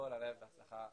מכל הלב בהצלחה.